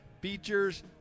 features